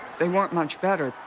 they weren't much better.